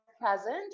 present